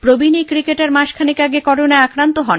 প্রবীণ এই ক্রিকেটার মাসখানেক আগে করোনায় আক্রান্ত হন